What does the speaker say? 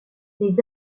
les